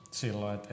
silloin